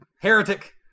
Heretic